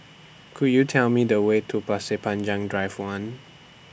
Could YOU Tell Me The Way to Pasir Panjang Drive one